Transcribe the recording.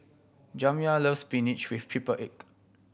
Jamya loves spinach with triple egg